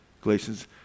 Galatians